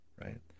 right